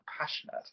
passionate